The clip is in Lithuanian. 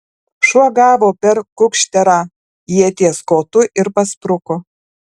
šuo gavo per kukšterą ieties kotu ir paspruko